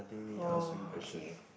oh okay